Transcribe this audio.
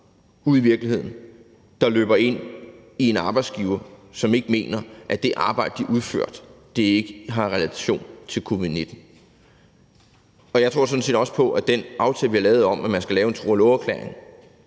ude i virkeligheden, der løber ind i en arbejdsgiver, som ikke mener, at det arbejde, de har udført, har relation til covid-19. Og jeg tror sådan set også på, at den aftale, vi har lavet, om, at man skal lave en tro og love-erklæring